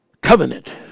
covenant